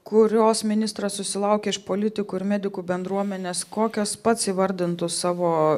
kurios ministras susilaukė iš politikų ir medikų bendruomenės kokias pats įvardintų savo